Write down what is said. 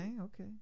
okay